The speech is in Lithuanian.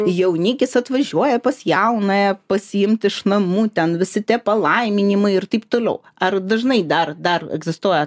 jaunikis atvažiuoja pas jaunąją pasiimti iš namų ten visi tie palaiminimai ir taip toliau ar dažnai dar dar egzistuoja